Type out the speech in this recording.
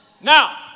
Now